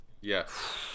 Yes